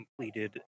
completed